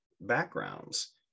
backgrounds